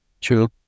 True